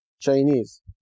Chinese